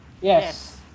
Yes